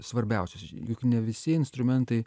svarbiausios juk ne visi instrumentai